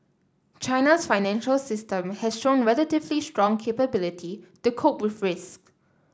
China's financial system has shown relatively strong capability to cope with risk